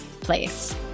place